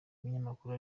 binyamakuru